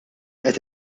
qed